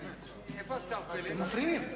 אתם מפריעים.